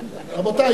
רבותי,